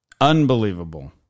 Unbelievable